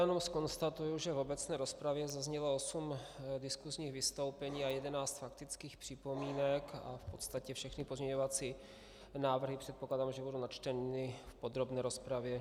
Já jenom zkonstatuji, že v obecné rozpravě zaznělo osm diskusních vystoupení a 11 faktických připomínek a v podstatě všechny pozměňovací návrhy, předpokládám, že budou načteny v podrobné rozpravě.